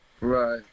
Right